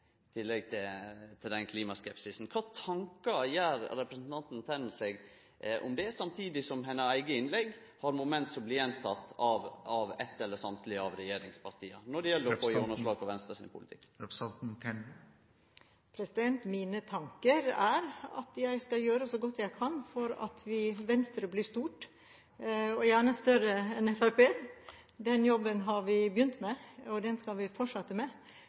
tillegg til klimaskepsisen. Kva tankar gjer representanten Tenden seg om det, samtidig som hennar eige innlegg har moment som blir gjentekne av eit eller alle regjeringspartia – når det gjeld å få gjennomslag for Venstres politikk? Mine tanker er at jeg skal gjøre så godt jeg kan for at Venstre blir stort, og gjerne større enn Fremskrittspartiet. Den jobben har vi begynt med, og den skal vi fortsette med.